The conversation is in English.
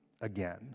again